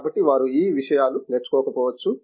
కాబట్టి వారు ఈ విషయాలు నేర్చుకోకపోవచ్చు